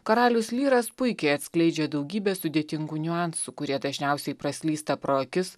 karalius lyras puikiai atskleidžia daugybę sudėtingų niuansų kurie dažniausiai praslysta pro akis